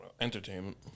Entertainment